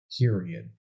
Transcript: period